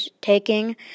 taking